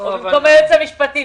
או במקום היועץ המשפטי?